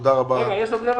תודה רבה לכולם.